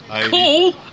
cool